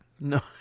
No